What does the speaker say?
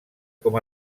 com